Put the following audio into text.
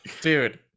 Dude